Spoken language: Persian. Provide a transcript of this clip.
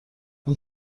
اون